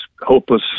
hopeless